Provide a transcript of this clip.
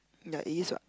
there is what